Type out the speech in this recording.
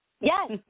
Yes